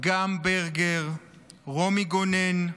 אגם ברגר, רומי גונן,